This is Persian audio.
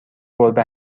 گربه